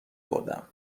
بردم